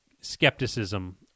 skepticism